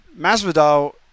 Masvidal